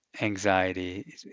anxiety